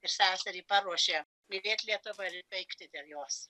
ir seserį paruošė mylėt lietyvą ir veikti dėl jos